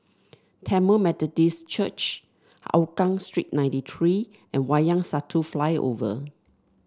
Tamil Methodist Church Hougang Street ninety three and Wayang Satu Flyover